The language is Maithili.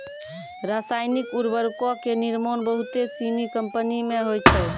रसायनिक उर्वरको के निर्माण बहुते सिनी कंपनी मे होय छै